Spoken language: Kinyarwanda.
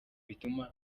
bituma